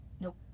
Nope